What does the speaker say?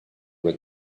were